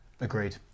Agreed